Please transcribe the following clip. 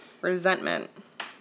Resentment